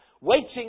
waiting